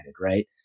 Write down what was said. right